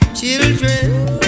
Children